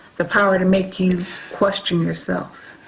the power to make you question yourself,